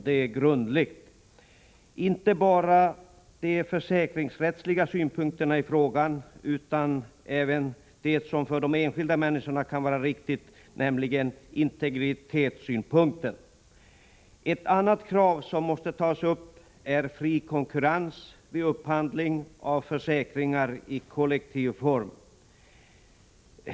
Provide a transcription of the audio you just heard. Det gäller inte bara de försäkringsrättsliga synpunkterna i frågan utan även det som för de enskilda människorna kan vara viktigt, nämligen integritetssynpunkten. Ett annat krav som måste tas upp är fri konkurrens vid upphandling av försäkringar i kollektiv form.